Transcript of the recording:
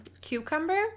Cucumber